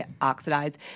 oxidized